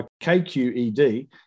KQED